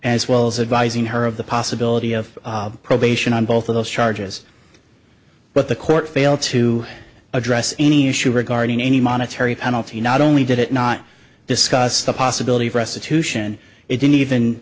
as well as advising her of the possibility of probation on both of those charges but the court failed to address any issue regarding any monetary penalty not only did it not discuss the possibility of restitution it didn't even